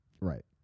Right